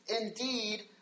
indeed